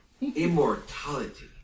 immortality